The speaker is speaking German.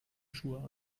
schuhe